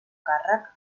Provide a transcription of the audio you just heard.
càrrec